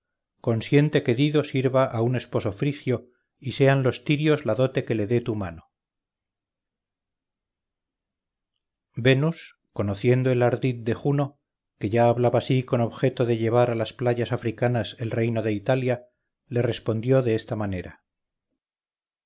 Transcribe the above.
que dido sirva a un esposo frigio y sean los tirios la dote que le dé tu mano venus conociendo el ardid de juno que hablaba así con objeto de llevar a las playas africanas el reino de italia le respondió de esta manera